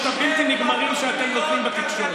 הבלתי-נגמרים שאתם נותנים בתקשורת.